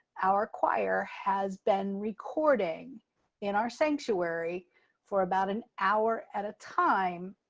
our choir has been recording in our sanctuary for about an hour at a time,